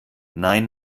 nein